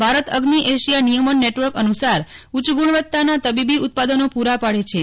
ભારત અગ્નિ એશિયા નિયમન નેટવર્ક અનુસાર ઉચ્ચ ગુણવત્તાના તબીબી ઉત્પાદનો પુરા પાડેછે